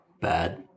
bad